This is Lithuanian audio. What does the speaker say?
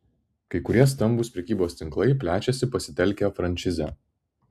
kai kurie stambūs prekybos tinklai plečiasi pasitelkę frančizę